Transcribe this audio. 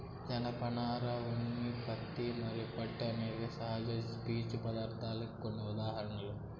జనపనార, ఉన్ని, పత్తి మరియు పట్టు అనేవి సహజ పీచు పదార్ధాలకు కొన్ని ఉదాహరణలు